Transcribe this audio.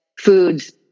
foods